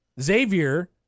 Xavier